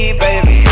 baby